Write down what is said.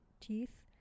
teeth